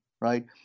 right